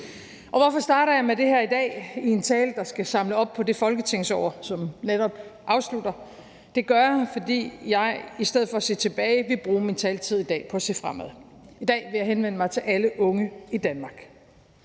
Hvorfor starter jeg med det her i dag i en tale, der skal samle op på det folketingsår, som vi netop afslutter? Det gør jeg, fordi jeg i stedet for at se tilbage vil bruge min taletid i dag på at se fremad. I dag vil jeg henvende mig til alle unge i Danmark.